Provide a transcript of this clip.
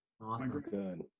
Awesome